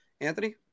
Anthony